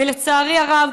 ולצערי הרב,